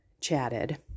chatted